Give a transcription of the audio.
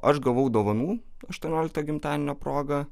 aš gavau dovanų aštuoniolikto gimtadienio proga